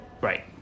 Right